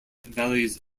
valleys